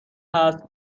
هست